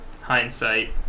hindsight